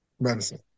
Medicine